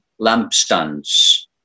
lampstands